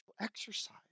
exercise